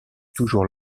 toujours